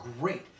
great